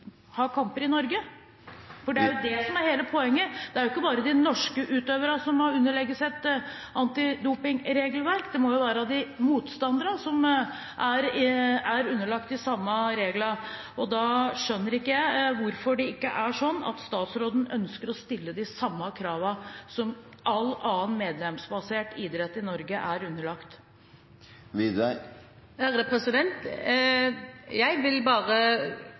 ha kamper i Norge? For det er jo det som er hele poenget: Det er ikke bare de norske utøverne som må underlegge seg et antidopingregelverk; motstanderne må være underlagt de samme reglene, og da skjønner ikke jeg hvorfor ikke statsråden ønsker å stille de samme kravene som all annen medlemsbasert idrett i Norge er underlagt. Jeg vil